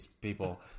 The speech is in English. people